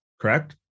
correct